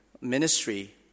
ministry